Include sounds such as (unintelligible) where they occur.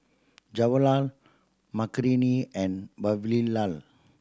(unintelligible) Makineni and Vavilala